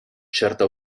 certa